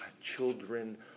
children